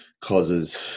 causes